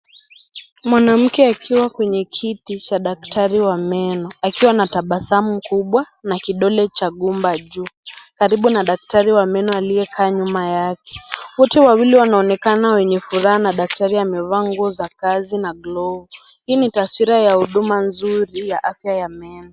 Mwanamke akiwa kwenye kiti cha daktari wa meno akiwa na tabasamu kubwa na kidole cha gumba juu karibu na daktari wa meno aliyekaa nyuma yake. Wote wawili wanaonekana wenye furaha na daktari amevaa nguo za kazi na glovu. Hii ni taswira huduma nzuri ya afya ya meno.